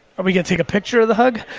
are we gonna take a picture of the hug?